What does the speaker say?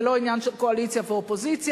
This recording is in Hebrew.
זה לא עניין של קואליציה ואופוזיציה,